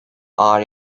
ağır